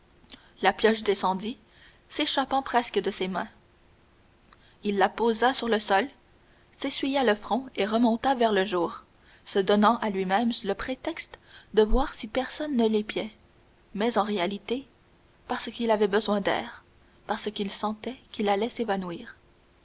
la pioche descendit s'échappant presque de ses mains il la posa sur le sol s'essuya le front et remonta vers le jour se donnant à lui-même le prétexte de voir si personne ne l'épiait mais en réalité parce qu'il avait besoin d'air parce qu'il sentait qu'il allait s'évanouir